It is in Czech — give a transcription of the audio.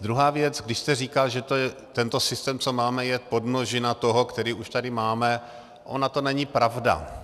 Druhá věc, když jste říkal, že tento systém, co máme, je podmnožina toho, který už tady máme, ona to není pravda.